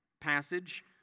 passage